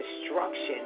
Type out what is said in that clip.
destruction